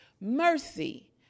mercy